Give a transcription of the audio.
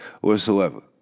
whatsoever